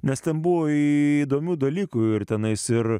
nes ten buvo įdomių dalykų ir tenais ir